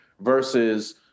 Versus